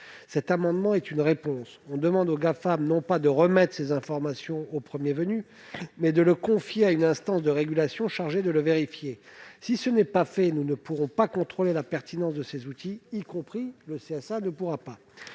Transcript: Cet amendement est une réponse. On demande aux Gafam non pas de remettre ces informations au premier venu, mais de les confier à une instance de régulation chargée de les vérifier. Si ce n'est pas fait, nous ne pourrons pas contrôler la pertinence de ces outils ; même le CSA ne le pourra pas.